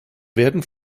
werden